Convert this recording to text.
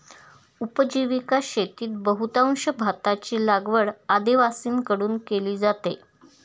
उपजीविका शेतीत बहुतांश भाताची लागवड आदिवासींकडून केली जाते